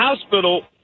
hospital –